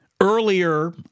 earlier